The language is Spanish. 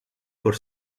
por